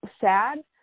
sad